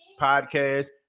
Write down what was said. podcast